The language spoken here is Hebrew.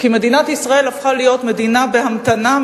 כי מדינת ישראל הפכה להיות מדינה בהמתנה,